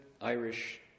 Irish